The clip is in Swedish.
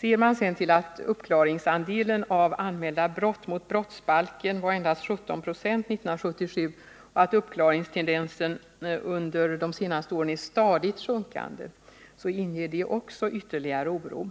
De omständigheterna att uppklaringsandelen av anmälda brott mot brottsbalken var endast 17 926 1977 och att uppklaringstendensen under de senaste åren varit stadigt sjunkande inger ytterligare oro,